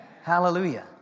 Hallelujah